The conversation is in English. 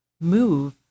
move